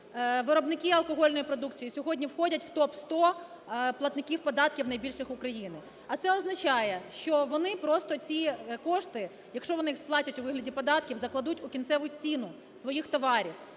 виробники алкогольної продукції сьогодні входять в топ-100 платників податків найбільших України. А це означає, що вони просто ці кошти, якщо вони їх сплатять у вигляді податків, закладуть у кінцеву ціну своїх товарів